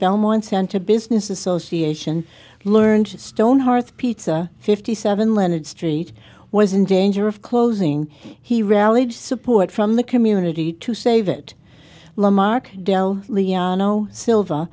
belmont santa business association learned stonehearth pizza fifty seven leonard street was in danger of closing he rallied support from the community to save it lamar del leon no silv